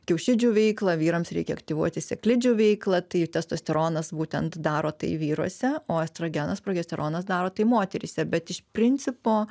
kiaušidžių veiklą vyrams reikia aktyvuoti sėklidžių veiklą tai testosteronas būtent daro tai vyruose o estrogenas progesteronas daro tai moteryse bet iš principo